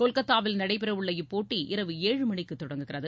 கொல்கத்தாவில் நடைபெறவுள்ள இப்போட்டி இரவு ஏழு மணிக்கு தொடங்குகிறது